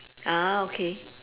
a'ah okay